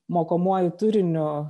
mokomuoju turiniu